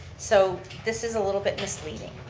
so this is a little bit misleading.